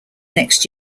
next